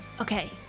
Okay